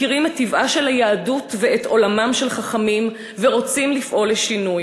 מכירים את טבעה של היהדות ואת עולמם של חכמים ורוצים לפעול לשינוי.